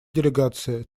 делегации